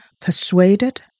persuaded